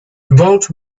about